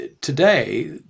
today